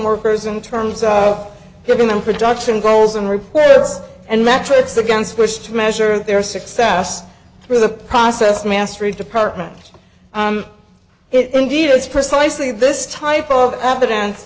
workers in terms of giving them production goals and records and metrics against which to measure their success through the process mastery department it indeed is precisely this type of evidence